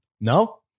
No